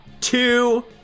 two